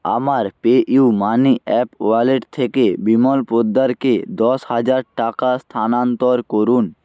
আমার PayU money app wallet থেকে বিমল পোদ্দারকে দশ হাজার টাকা স্থানান্তর করুন